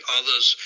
others